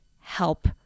help